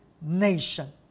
nation